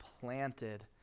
planted